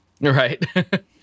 Right